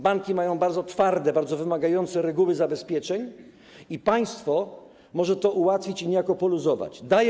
Banki mają bardzo twarde, bardzo wymagające reguły zabezpieczeń, a państwo może tu ułatwić i niejako poluzować sytuację.